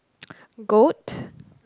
goat